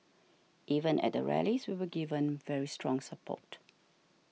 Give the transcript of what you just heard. even at the rallies we were given very strong support